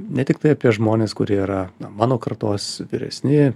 ne tiktai apie žmones kurie yra mano kartos vyresni